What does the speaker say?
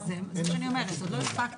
זה מה שאני אומרת עוד לא הספקתי,